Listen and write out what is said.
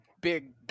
big